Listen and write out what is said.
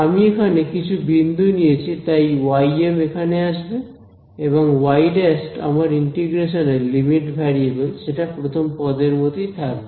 আমি এখানে কিছু বিন্দু নিয়েছি তাই ym এখানে আসবে এবং y ′ আমার ইন্টিগ্রেশনের লিমিট ভ্যারিয়েবল সেটা প্রথম পদের মতই থাকবে